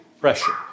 pressure